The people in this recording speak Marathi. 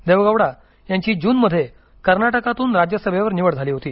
देवेगौडा यांची जूनमध्ये कर्नाटकातून राज्यसभेवर निवड झाली होती